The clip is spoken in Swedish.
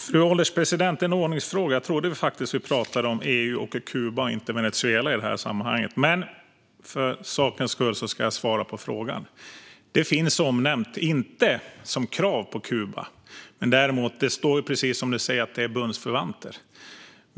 Fru ålderspresident! Jag trodde att vi talade om EU och Kuba och inte Venezuela i det här sammanhanget. Men för sakens skull ska jag svara på frågan. Detta finns omnämnt - inte som krav på Kuba, men det står att länderna är bundsförvanter.